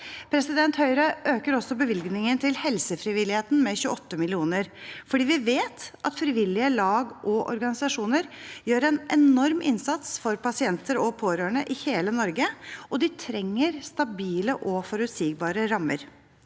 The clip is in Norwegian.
kapasitet. Høyre øker også bevilgningen til helsefrivilligheten med 28 mill. kr, for vi vet at frivillige lag og organisasjoner gjør en enorm innsats for pasienter og pårørende i hele Norge, og de trenger stabile og forutsigbare rammer.